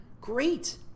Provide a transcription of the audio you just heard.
Great